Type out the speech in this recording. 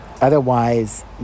Otherwise